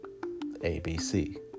ABC